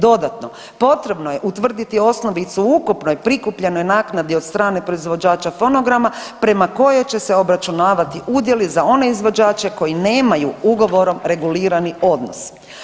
Dodatno, potrebno je utvrditi osnovicu u ukupnoj prikupljenoj naknadi od strane proizvođača fonograma prema kojoj će se obračunavati udjeli za one izvođače koji nemaju ugovorom regulirani odnos.